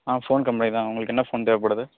ஆ phone company தான் உங்களுக்கு என்ன ஃபோன் தேவைப்படுது